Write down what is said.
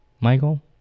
Michael